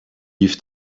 lief